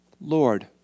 Lord